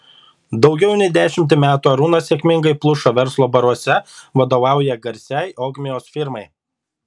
daugiau nei dešimtį metų arūnas sėkmingai pluša verslo baruose vadovauja garsiai ogmios firmai